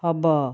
ହବ